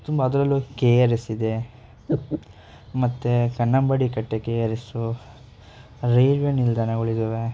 ತುಂಬ ಅದರಲ್ಲೂ K R ಎಸ್ಸಿದೆ ಮತ್ತು ಕನ್ನಂಬಾಡಿ ಕಟ್ಟೆ ಕೆ ಆರ್ ಎಸ್ಸು ರೈಲ್ವೇ ನಿಲ್ದಾಣಗಳಿದ್ದಾವೆ